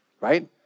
right